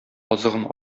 азыгын